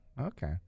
Okay